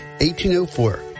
1804